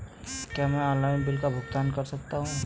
क्या मैं online bill का भुगतान कर सकता हूँ?